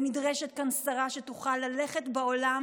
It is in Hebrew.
ונדרשת כאן שרה שתוכל ללכת בעולם